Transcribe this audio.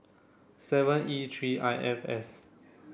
seven E three I F S